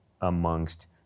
amongst